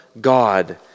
God